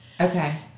okay